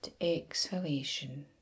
exhalation